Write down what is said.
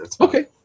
Okay